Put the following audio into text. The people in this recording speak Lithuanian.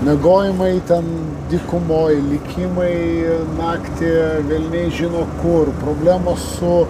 miegojimai ten dykumoj likimai naktį velniai žino kur problemos su